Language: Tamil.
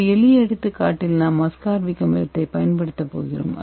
ஒரு எளிய எடுத்துக்காட்டில் நாம் அஸ்கார்பிக் அமிலத்தைப் பயன்படுத்தப் போகிறோம்